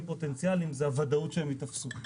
פוטנציאליים זה הוודאות שהם ייתפסו.